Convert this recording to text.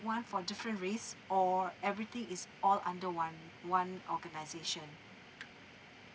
one for different race or everything is all under one one organisation